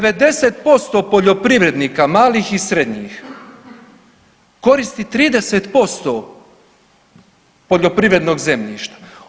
90% poljoprivrednika, malih i srednjih koristi 30% poljoprivrednog zemljišta.